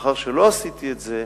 מאחר שלא עשיתי את זה,